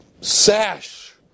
sash